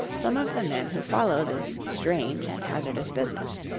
some of the men who follow this strange and hazardous business.